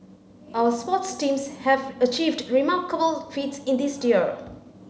our sports teams have achieved remarkable feats in this year